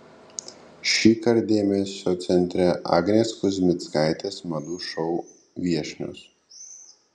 šįkart dėmesio centre agnės kuzmickaitės madų šou viešnios